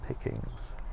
pickings